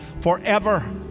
forever